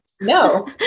No